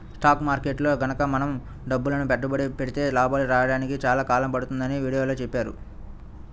stock మార్కెట్టులో గనక మనం డబ్బులని పెట్టుబడి పెడితే లాభాలు రాడానికి చాలా కాలం పడుతుందని వీడియోలో చెప్పారు